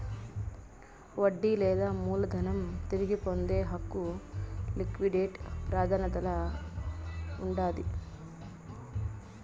వడ్డీ లేదా మూలధనం తిరిగి పొందే హక్కు లిక్విడేట్ ప్రాదాన్యతల్ల ఉండాది